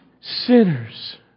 sinners